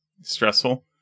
stressful